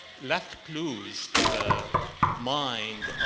left clues to the mind,